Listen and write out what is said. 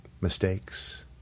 mistakes